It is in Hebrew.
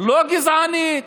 לא גזענית,